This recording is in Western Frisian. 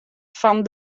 fan